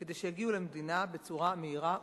כדי שיגיעו למדינה בצורה מהירה ושקופה.